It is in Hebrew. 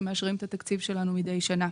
שמאשרים את התקציב שלנו מידי שנה.